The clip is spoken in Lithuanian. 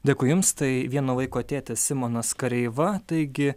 dėkui jums tai vieno vaiko tėtis simonas kareiva taigi